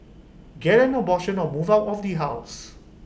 get an abortion or move out of the house